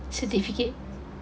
certificate